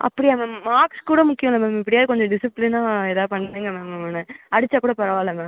அப்படியா ma'am marks கூட முக்கியம் இல்லை மேம் எப்படியாவது கொஞ்சம் டிசிப்பிளினாக ஏதாவது பண்ணுங்கள் மேம் அவனை அடித்தா கூட பரவாயில்லை மேம்